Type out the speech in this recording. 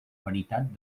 veritat